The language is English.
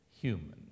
human